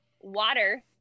water